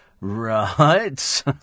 Right